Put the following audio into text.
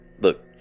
look